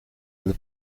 del